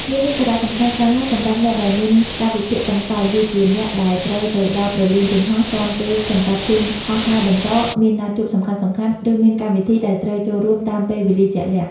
នេះមានសារៈសំខាន់ខ្លាំងណាស់សម្រាប់អ្នកដែលមាន កាលវិភាគតឹងតែង ដូចជាអ្នកដែលត្រូវទៅដល់ព្រលានយន្តហោះទាន់ពេលសម្រាប់ជើងហោះហើរបន្ត មានណាត់ជួបសំខាន់ៗ ឬមានកម្មវិធីដែលត្រូវចូលរួមតាមពេលវេលាជាក់លាក់។